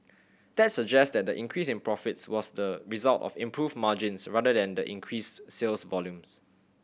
that suggests that the increase in profits was the result of improved margins rather than the increased sales volumes